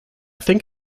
think